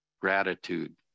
gratitude